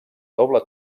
doble